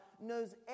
knows